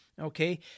Okay